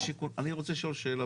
משרד השיכון, אני רוצה לשאול שאלה